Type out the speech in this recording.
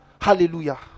Hallelujah